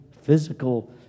physical